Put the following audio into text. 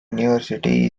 university